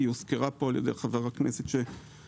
היא הוזכרה פה על ידי חבר הכנסת שעזב.